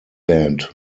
band